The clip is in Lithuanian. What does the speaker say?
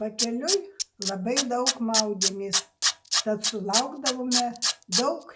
pakeliui labai daug maudėmės tad sulaukdavome daug